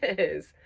is.